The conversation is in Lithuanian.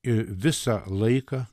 ir visą laiką